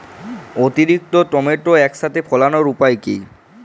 অতিরিক্ত টমেটো একসাথে ফলানোর উপায় কী?